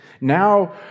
now